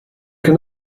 can